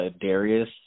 Darius